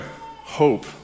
hope